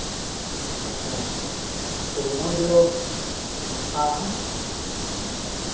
अच्छा तो वह जो हाँ हाँ